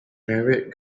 married